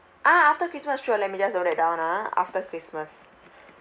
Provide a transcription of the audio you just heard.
ah after christmas sure let me just note that down ah after christmas